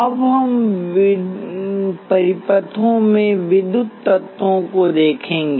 अब हम परिपथों में विद्युत तत्वों को देखेंगे